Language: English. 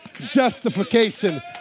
Justification